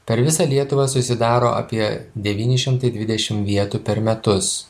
per visą lietuvą susidaro apie devyni šimtai dvidešim vietų per metus